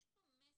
יש כאן מסר.